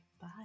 bye